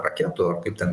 raketų kaip ten